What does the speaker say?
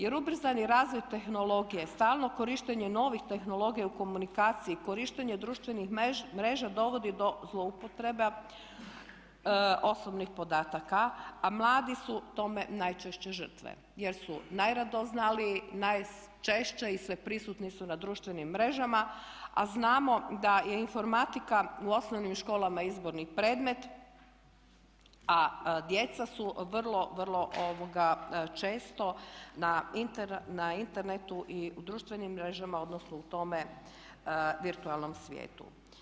Jer ubrzani razvoj tehnologije, stalno korištenje novih tehnologija u komunikaciji, korištenje društvenih mreža dovodi do zloupotreba osobnih podataka, a mladi su tome najčešće žrtve jer su najradoznaliji, najčešće i sveprisutni su na društvenim mrežama, a znamo da je informatika u osnovnim školama izborni predmet a djeca su vrlo, vrlo često na internetu i u društvenim mrežama, odnosno u tome virtualnom svijetu.